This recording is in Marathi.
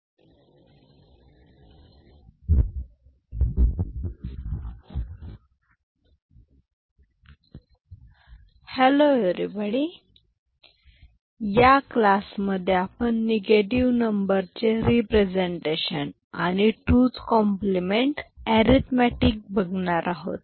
सर्वांना नमस्कार या क्लासमध्ये आपण निगेटीव्ह नंबर चे रेप्रेसैन्टेशन आणि 2s complement arithmetic 2s compliment arithmetic बघणार आहोत